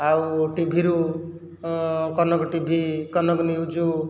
ଆଉ ଟିଭିରୁ କନକଟିଭି କନକ ନ୍ୟୁଜ୍